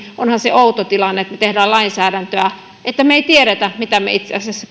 onhan se outo tilanne että me teemme lainsäädäntöä mutta me emme tiedä mitä me itse asiassa